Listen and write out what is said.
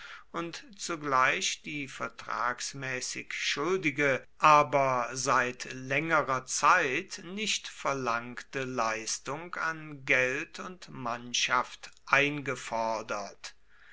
und zugleich die vertragsmäßig schuldige aber seit längerer zeit nicht verlangte leistung an geld und mannschaft eingefordert